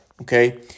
Okay